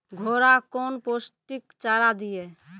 घोड़ा कौन पोस्टिक चारा दिए?